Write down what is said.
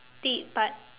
~dit but